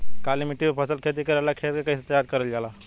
काली मिट्टी पर फसल खेती करेला खेत के कइसे तैयार करल जाला?